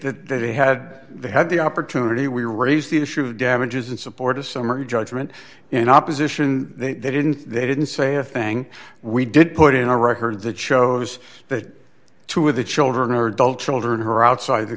think that they had they had the opportunity we raised the issue of damages in support of summary judgment in up position they didn't they didn't say a thing we did put in a record that shows that two of the children or adults children her outside the